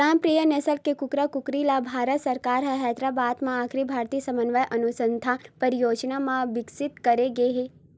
ग्रामप्रिया नसल के कुकरा कुकरी ल भारत सरकार ह हैदराबाद म अखिल भारतीय समन्वय अनुसंधान परियोजना म बिकसित करे गे हे